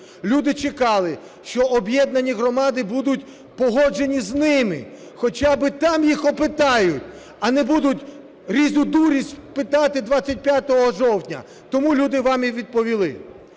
Люди чекали, що об'єднані громади будуть погоджені з ними, хоча би там їх опитають, а не будуть різну дурість питати 25 жовтня. Тому люди вам і відповіли.